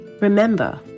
Remember